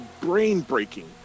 brain-breaking